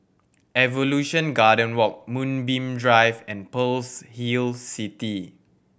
Evolution Garden Walk Moonbeam Drive and Pearl's Hill City